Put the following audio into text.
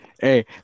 Hey